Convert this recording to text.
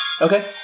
Okay